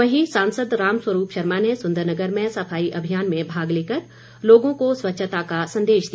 वहीं सांसद राम स्वरूप शर्मा ने सुंदरनगर में सफाई अभियान में भाग लेकर लोगों को स्वच्छता का संदेश दिया